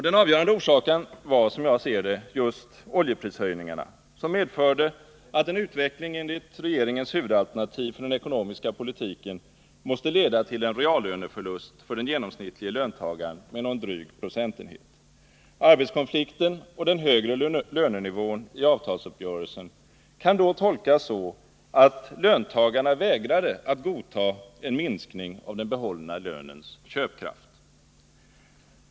Den avgörande orsaken var, som jag ser det, just oljeprishöjningarna, som medförde att en utveckling enligt regeringens huvudalternativ för den ekonomiska politiken måste leda till en reallöneförlust med någon dryg procentenhet för den genomsnittlige löntagaren. Arbetskonflikten och den högre lönenivån i avtalsuppgörelsen kan då tolkas så, att löntagarna vägrade att godta en minskning av den behållna lönens köpkraft.